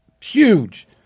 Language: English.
Huge